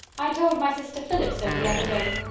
i told my sister phillips so the other day.